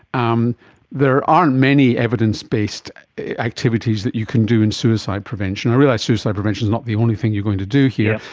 um there aren't many evidence-based activities that you can do in suicide prevention. i realise suicide prevention is not the only thing you're going to do here,